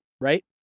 right